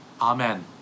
Amen